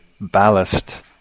ballast